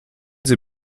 sie